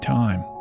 time